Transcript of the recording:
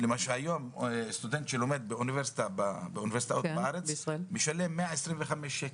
היום סטודנט שלומד באוניברסיטה בארץ משלם 125 שקלים.